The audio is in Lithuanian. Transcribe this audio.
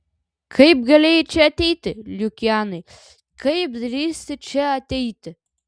kaip galėjai čia ateiti lukianai kaip drįsti čia ateiti